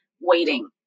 waiting